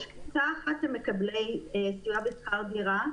יש קבוצה אחת של מקבלי סיוע בשכר דירה,